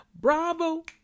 Bravo